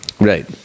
Right